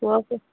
okay